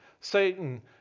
Satan